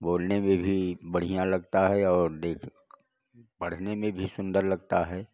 बोलने में भी बढ़िया लगता है और देख पढ़ने में भी सुन्दर लगता है